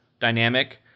dynamic